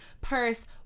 purse